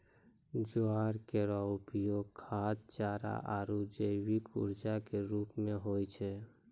ज्वार केरो उपयोग खाद्य, चारा आरु जैव ऊर्जा क रूप म होय छै